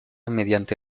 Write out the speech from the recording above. mediante